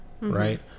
right